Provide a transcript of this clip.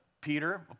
Peter